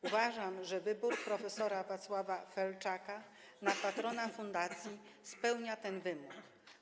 Uważam, że wybór prof. Wacława Felczaka na patrona fundacji spełnia ten wymóg.